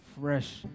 fresh